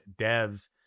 devs